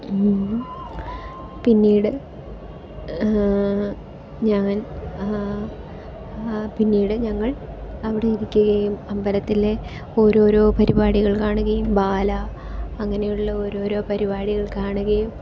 പിന്നീട് ഞാൻ പിന്നീട് ഞങ്ങൾ അവിടെ ഇരിക്കുകയും അമ്പലത്തിലെ ഓരോരോ പരിപാടികൾ കാണുകയും ബാല അങ്ങനെയുള്ള ഓരോരോ പരിപാടികൾ കാണുകയും